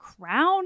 crown